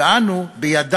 ולא ירו